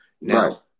Now